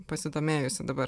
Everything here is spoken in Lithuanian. pasidomėjusi dabar